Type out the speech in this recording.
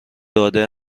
داده